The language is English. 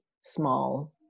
small